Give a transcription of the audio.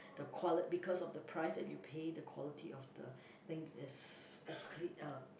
the quali~ because of the price that you pay the quality of the thing is okay uh